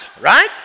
right